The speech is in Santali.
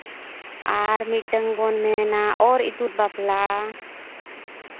ᱟᱨ ᱢᱤᱫᱴᱟᱝ ᱵᱚᱱ ᱢᱮᱱᱟ ᱚᱨ ᱤᱛᱩᱫ ᱵᱟᱯᱞᱟ